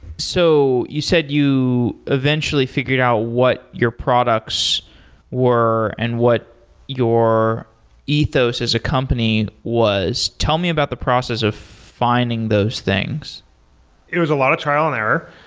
so you said you eventually figured out what your products were and what your ethos as a company was. tell me about the process of finding those things it was a lot of trial and error.